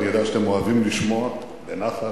ואני יודע שאתם אוהבים לשמוע בנחת,